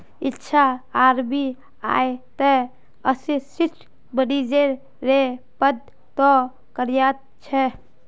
इच्छा आर.बी.आई त assistant manager रे पद तो कार्यरत छे